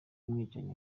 umwicanyi